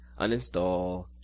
uninstall